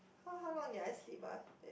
how how long did I sleep ah